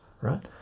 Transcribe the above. right